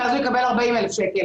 ואז הוא יקבל 40,000 שקל.